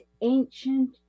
ancient